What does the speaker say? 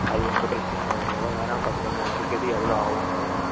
அது உங்கள் பிரச்சனைங்க அது நீங்கள் எவ்வளோ நேரம்னு பார்த்துக்கோங்க நான் கேக்கிறது எவ்வளோ ஆகும் அவ்வளோ தான்